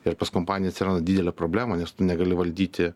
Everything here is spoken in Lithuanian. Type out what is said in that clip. ir pas kompaniją atsiranda didelė problema nes tu negali valdyti